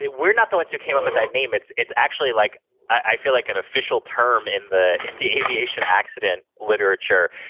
we're not the ones who came up with that name. it's it's actually, like i feel like, an official term in the the aviation accident literature.